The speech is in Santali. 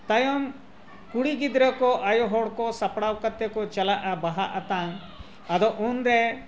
ᱛᱟᱭᱚᱢ ᱠᱩᱲᱤ ᱜᱤᱫᱽᱨᱟᱹ ᱠᱚ ᱟᱭᱳ ᱦᱚᱲ ᱠᱚ ᱥᱟᱯᱲᱟᱣ ᱠᱟᱛᱮᱫ ᱠᱚ ᱪᱟᱞᱟᱜᱼᱟ ᱵᱟᱦᱟ ᱟᱛᱟᱝ ᱟᱫᱚ ᱩᱱᱨᱮ